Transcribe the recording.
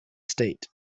state